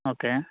okay